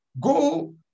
go